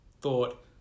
thought